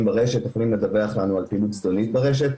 ברשת יכולים לדווח לנו על פעילות זדונית ברשת,